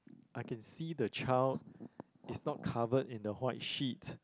I can see the child is not covered in the white sheet